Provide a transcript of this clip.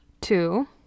Two